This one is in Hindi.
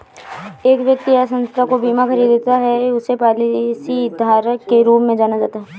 एक व्यक्ति या संस्था जो बीमा खरीदता है उसे पॉलिसीधारक के रूप में जाना जाता है